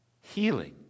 healing